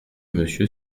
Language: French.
monsieur